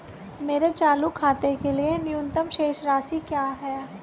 मेरे चालू खाते के लिए न्यूनतम शेष राशि क्या है?